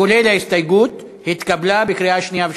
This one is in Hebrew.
כולל ההסתייגות, התקבלה בקריאה שנייה ושלישית.